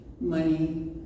Money